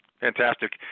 Fantastic